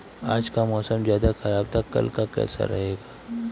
आज का मौसम ज्यादा ख़राब था कल का कैसा रहेगा?